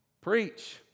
preach